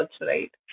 right